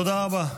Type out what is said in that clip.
תודה רבה.